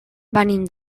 venim